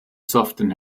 soften